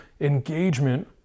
engagement